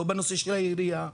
לא בנושא של העירייה,